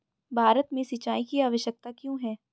भारत में सिंचाई की आवश्यकता क्यों है?